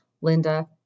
Linda